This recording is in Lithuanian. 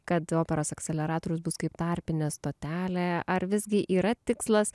kad operos akseleratorius bus kaip tarpinė stotelė ar visgi yra tikslas